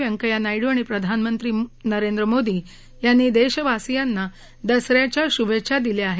वेंकैया नायडू आणि प्रधानमंत्री नरेंद्र मोदी यांनी देशवासीयांना दसऱ्याचा शुभेच्छा दिल्या आहेत